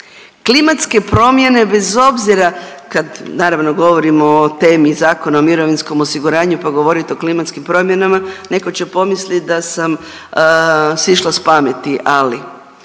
Klimatske promjene bez obzira kad, naravno govorimo o temi Zakona o mirovinskom osiguranju, pa govorit o klimatskim promjenama neko će pomislit da sam sišla s pameti, ali